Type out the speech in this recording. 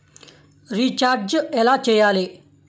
Recharge ఎలా చెయ్యాలి?